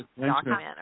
document